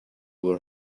were